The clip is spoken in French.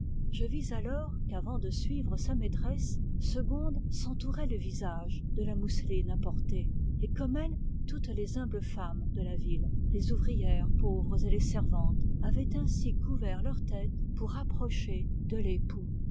je vis alors qu'avant de suivre sa maîtresse segonde s'entourait le visage de la mousseline apportée et comme elle toutes les humbles femmes de la ville les ouvrières pauvres et les servantes avaient ainsi couvert leur tête pour approcher de l'époux